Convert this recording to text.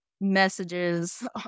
messages